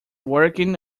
working